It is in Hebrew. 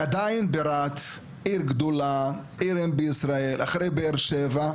רהט היא עיר גדולה ליד באר שבע,